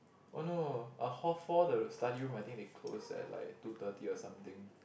oh no a hall four the study room I think they close at like two thirty or something